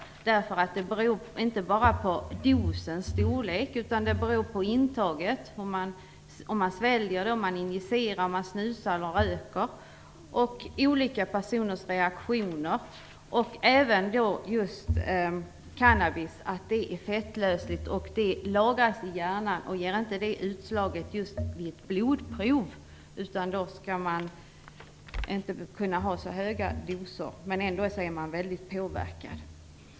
Olika personers reaktioner beror inte bara på dosens storlek utan även på intaget, om man sväljer, injicerar, snusar eller röker. Just cannabis är fettlösligt och lagras i hjärnan. Det ger inte utslag vid blodprov. Man kan ta doser som inte är så höga och ändå bli väldigt påverkad.